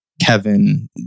Kevin